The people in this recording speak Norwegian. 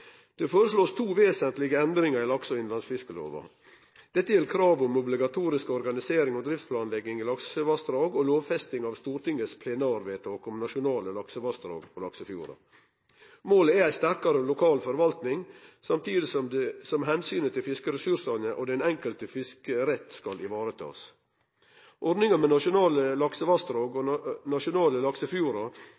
Det blir foreslått to vesentlege endringar i lakse- og innlandsfiskloven. Dette gjeld krav om obligatorisk organisering og driftsplanlegging i laksevassdrag, og lovfesting av Stortingets plenarvedtak om nasjonale laksevassdrag og laksefjordar. Målet er ei sterkare lokal forvalting, samtidig som omsynet til fiskeressursane og den enkeltes fiskerett skal ivaretakast. Ordninga med nasjonale laksevassdrag og